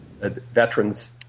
veterans